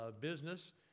business